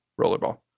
Rollerball